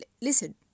Listen